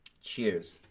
Cheers